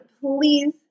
please